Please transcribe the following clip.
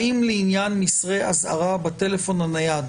האם לעניין מסרי אזהרה בטלפון הנייד,